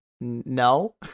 no